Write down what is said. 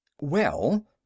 Well